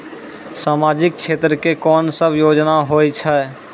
समाजिक क्षेत्र के कोन सब योजना होय छै?